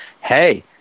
hey